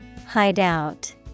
Hideout